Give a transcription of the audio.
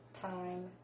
Time